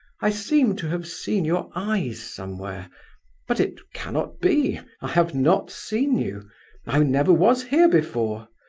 i seem to have seen your eyes somewhere but it cannot be! i have not seen you i never was here before.